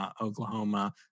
Oklahoma